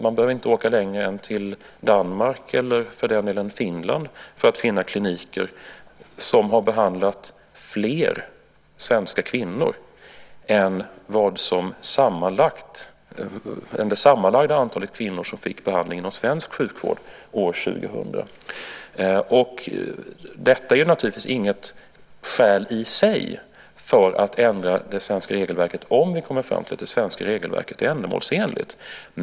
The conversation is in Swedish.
Man behöver inte åka längre än till Danmark eller för den delen Finland för att finna kliniker som har behandlat fler svenska kvinnor än det sammanlagda antal kvinnor som fick behandling inom svensk sjukvård år 2000. Detta är naturligtvis inget skäl i sig att ändra det svenska regelverket om vi kommer fram till att det svenska regelverket är ändamålsenligt.